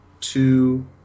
two